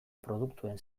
produktuen